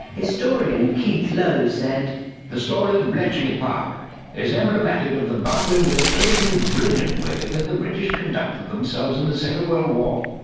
historian keith lowe said reading the story of bletchley park is emblematic of the bumbling but occasionally brilliant way that the british conducted themselves in the second world war.